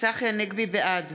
בעד